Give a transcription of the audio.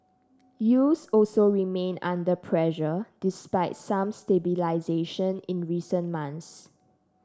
yields also remain under pressure despite some stabilisation in recent months